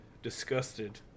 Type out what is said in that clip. disgusted